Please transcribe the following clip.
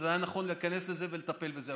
היה נכון להיכנס לזה ולטפל בזה.